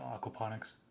aquaponics